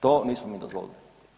To nismo mi dozvolili.